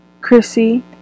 Chrissy